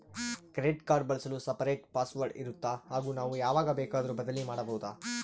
Credit card ಬಳಸಲು separate password ಇರುತ್ತಾ ಹಾಗೂ ನಾವು ಯಾವಾಗ ಬೇಕಾದರೂ ಬದಲಿ ಮಾಡಬಹುದಾ?